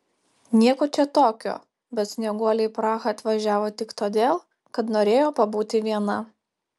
nieko čia tokio bet snieguolė į prahą atvažiavo tik todėl kad norėjo pabūti viena